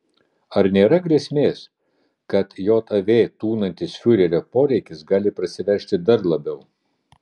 ar nėra grėsmės kad jav tūnantis fiurerio poreikis gali prasiveržti dar labiau